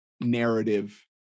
narrative